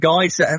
guys